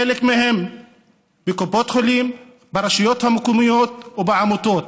חלק מהן בקופות חולים ברשויות המקומיות ובעמותות.